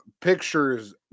pictures